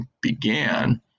began